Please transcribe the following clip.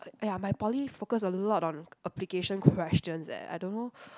!aiya! my poly focus a lot on application questions eh I don't know